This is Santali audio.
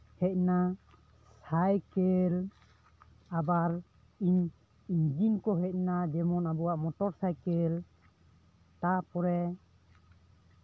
ᱥᱟᱭᱠᱮᱞ ᱟᱵᱟᱨ ᱤᱧᱡᱤᱱ ᱠᱚ ᱦᱮᱡ ᱮᱱᱟ ᱡᱮᱢᱚᱱ ᱟᱵᱚᱣᱟᱜ ᱢᱚᱴᱚᱨ ᱥᱟᱭᱠᱮᱞ ᱛᱟᱨᱯᱚᱨᱮ